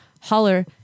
holler